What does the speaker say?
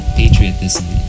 patriotism